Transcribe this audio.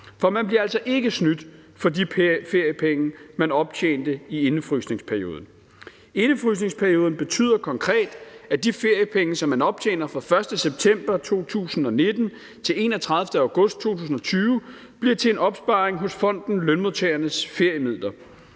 Man bliver altså ikke snydt for de feriepenge, man optjente i indefrysningsperioden. Indefrysningsperioden betyder konkret, at de feriepenge, som man optjener fra den 1. september 2019 til den 31. august 2020, bliver til en opsparing hos fonden Lønmodtagernes Feriemidler.